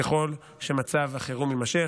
ככל שמצב החירום יימשך.